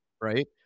Right